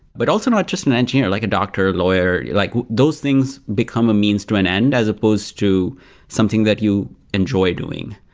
but also not just an engineer, like a doctor, lawyer, like those things become a means to an end, as opposed to something that you enjoy doing.